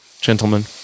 gentlemen